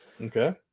Okay